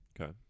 okay